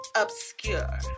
obscure